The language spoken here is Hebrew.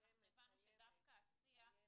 ואנחנו הבנו שדווקא השיח --- קיימת.